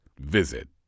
Visit